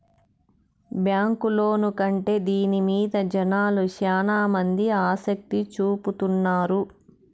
bank loan కంటే దీని మీద జనాలు శ్యానా మంది ఆసక్తి చూపుతున్నారు